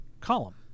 column